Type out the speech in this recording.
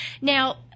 Now